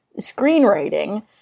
screenwriting